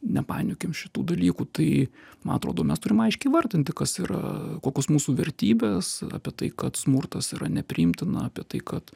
nepainiokim šitų dalykų tai man atrodo mes turim aiškiai įvardinti kas yra kokios mūsų vertybės apie tai kad smurtas yra nepriimtina apie tai kad